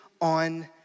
on